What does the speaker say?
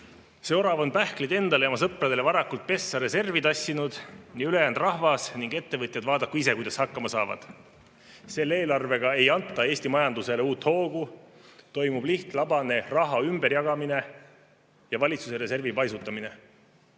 See orav on pähklid endale ja oma sõpradele varakult pessa reservi tassinud ja ülejäänud rahvas ning ettevõtjad vaadaku ise, kuidas hakkama saavad. Selle eelarvega ei anta Eesti majandusele uut hoogu. Toimub lihtlabane raha ümberjagamine ja valitsuse reservi paisutamine.